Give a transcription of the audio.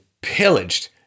pillaged